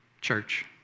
church